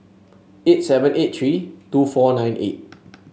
eight seven eight three two four nine eight